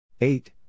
Eight